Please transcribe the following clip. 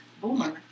Boomer